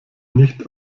nicht